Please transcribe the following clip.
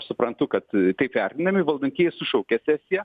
suprantu kad taip gąsdinami valdantieji sušaukė sesiją